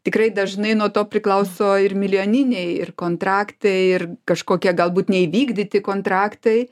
tikrai dažnai nuo to priklauso ir milijoniniai kontraktai ir kažkokie galbūt neįvykdyti kontraktai